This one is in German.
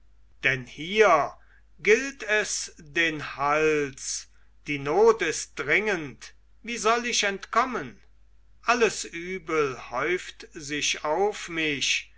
denn hier gilt es den hals die not ist dringend wie soll ich entkommen alles übel häuft sich auf mich